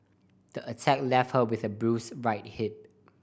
the attack left her with a bruised right hip